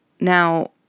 Now